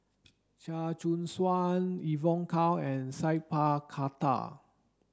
Chia Choo Suan Evon Kow and Sat Pal Khattar